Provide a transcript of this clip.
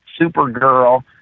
Supergirl